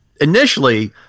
Initially